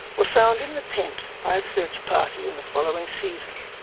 were found in the tent by a search party in the following season.